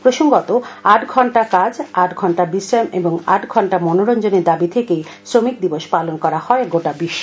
প্রসঙ্গত আট ঘন্টা কাজ আট ঘন্টা বিশ্রাম ও আট ঘন্টা মনোরঞ্জনের দাবী থেকেই শ্রমিক দিবস পালন করা হয় গোটা বিশ্বে